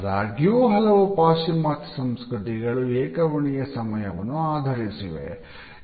ಆದಾಗ್ಯೂ ಹಲವು ಪಾಶ್ಚಿಮಾತ್ಯ ಸಂಸ್ಕೃತಿಗಳು ಏಕ ವರ್ಣೀಯ ಸಮಯವನ್ನು ಆಧರಿಸಿವೆ